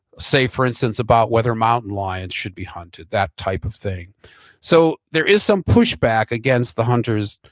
say for instance about whether mountain lions should be hunted, that type of thing so there is some pushback against the hunters,